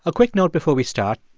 a quick note before we start,